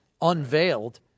unveiled